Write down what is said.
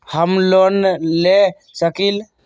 हम लोन ले सकील?